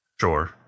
Sure